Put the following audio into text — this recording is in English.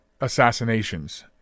assassinations